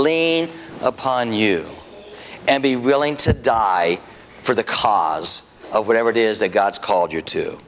lean upon you and be willing to die for the cause of whatever it is that god's called you to